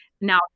Now